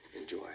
Enjoy